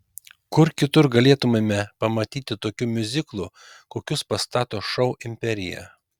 kur kitur galėtumėme pamatyti tokių miuziklų kokius pastato šou imperija